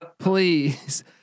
Please